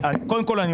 קודם כול,